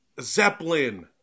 Zeppelin